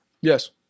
Yes